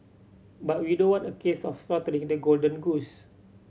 but we don't want a case of slaughtering the golden goose